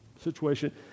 situation